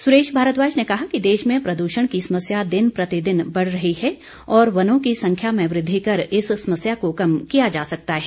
सुरेश भारद्वाज ने कहा कि देश में प्रद्षण की समस्या दिन प्रतिदिन बढ़ रही है और वनों की संख्या में वृद्धि कर इस समस्या को कम किया जा सकता है